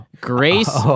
Grace